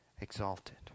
exalted